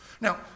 Now